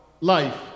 life